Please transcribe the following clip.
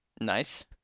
Nice